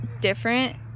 different